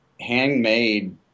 handmade